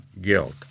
guilt